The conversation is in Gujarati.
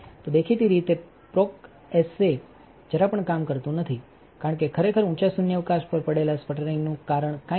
દેખીતી રીતે પ્રોકએસે જરા પણ કામ કરતું નથી કારણ કે ખરેખર utંચા શૂન્યાવકાશ પર પડેલા સ્પટરિંગનું કારણ કાંઈ નથી